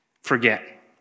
forget